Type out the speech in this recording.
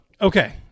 okay